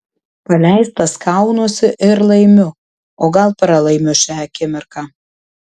paleistas kaunuosi ir laimiu o gal pralaimiu šią akimirką